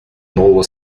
нового